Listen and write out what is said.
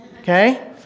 okay